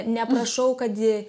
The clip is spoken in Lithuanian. neprašau kad